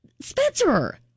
Spencer